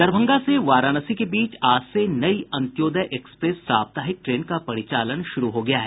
दरभंगा से वाराणसी के बीच आज से नई अंत्योदय एक्सप्रेस साप्ताहिक ट्रेन का परिचालन शुरू हो गया है